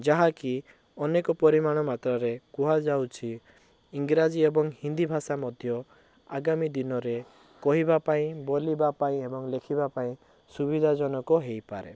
ଯାହା କି ଅନେକ ପରିମାଣ ମାତ୍ରାରେ କୁହାଯାଉଛି ଇଂରାଜୀ ଏବଂ ହିନ୍ଦୀ ଭାଷା ମଧ୍ୟ ଆଗାମୀ ଦିନରେ କହିବା ପାଇଁ ବୋଲିବା ପାଇଁ ଏବଂ ଲେଖିବା ପାଇଁ ସୁବିଧାଜନକ ହେଇପାରେ